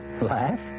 Laugh